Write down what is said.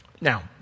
Now